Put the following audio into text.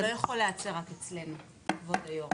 זה לא יכול לעצור רק אצלנו, כבוד היו"ר.